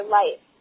life